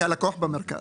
כי הלקוח במרכז.